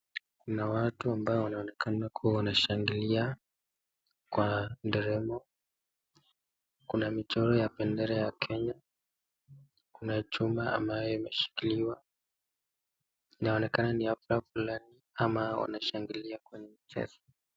Kuna watu ambao wanaonekana kuwa wanashangilia kwa nderemo kuna michoro ya bendera ya Kenya chuma ambayo imeshikiliwa inaonekana ni hafla fulani ama wanashangilia kwenye michezo.